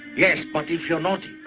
yes, but if you're naughty,